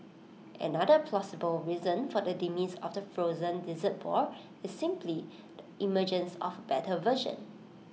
another plausible reason for the demise of the frozen dessert ball is simply the emergence of better version